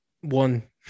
one